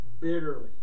bitterly